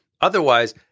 Otherwise